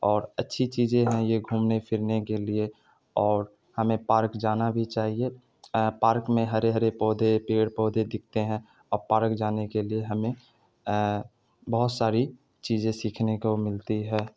اور اچھی چیزیں ہیں یہ گھومنے پھرنے کے لیے اور ہمیں پارک جانا بھی چاہیے پارک میں ہرے ہرے پودے پیڑ پودے دکھتے ہیں اور پارک جانے کے لیے ہمیں بہت ساری چیزیں سیکھنے کو ملتی ہے